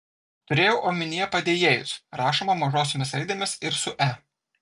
turėjau omenyje padėjėjus rašoma mažosiomis raidėmis ir su e